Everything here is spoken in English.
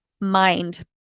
mind